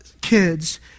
kids